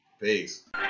Peace